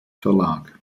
verlag